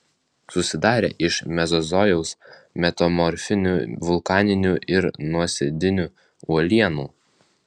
susidarę iš mezozojaus metamorfinių vulkaninių ir nuosėdinių uolienų